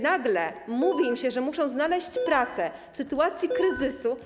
Nagle mówi im się, że muszą znaleźć pracę w sytuacji kryzysu.